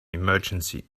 emergency